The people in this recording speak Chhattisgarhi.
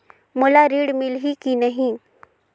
मोला ऋण मिलही की नहीं?